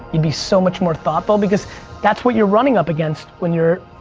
you'd be so much more thoughtful because that's what you're running up against when you're,